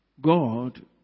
God